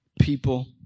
people